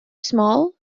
small